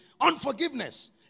unforgiveness